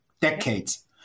decades